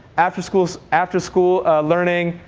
after schools after schools learning,